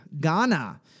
Ghana